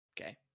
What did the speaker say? Okay